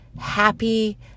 happy